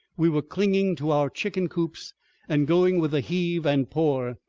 we were clinging to our chicken coops and going with the heave and pour.